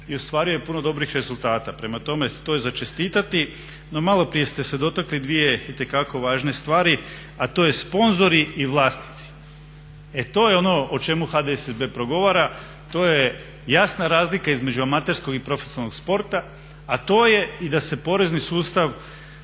i ostvario je puno dobrih rezultata. Prema tome, to je za čestitati. No, maloprije ste se dotakli dvije itekako važne stvari, a to je sponzori i vlasnici. E to je ono o čemu HDSSB progovara. To je jasna razlika između amaterskog i profesionalnog sporta a to je i da se i porezni sustav